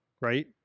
right